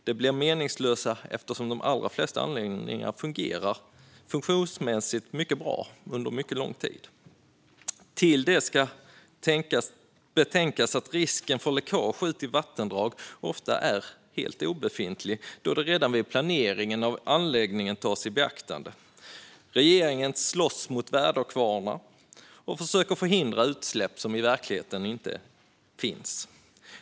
De blir meningslösa eftersom de allra flesta anläggningar funktionsmässigt fungerar mycket bra under mycket lång tid. Utöver detta ska betänkas att risken för läckage ut i vattendrag ofta är helt obefintlig då detta tas i beaktande redan vid planeringen av anläggningen. Regeringen slåss mot väderkvarnar och försöker förhindra utsläpp som i verkligheten inte finns.